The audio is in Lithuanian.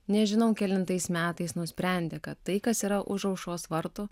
nežinau kelintais metais nusprendė kad tai kas yra už aušros vartų